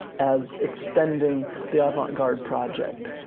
as extending the avant-garde project,